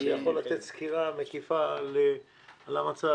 שיכול לתת סקירה מקיפה על המצב.